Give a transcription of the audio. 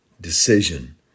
Decision